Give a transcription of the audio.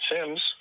sims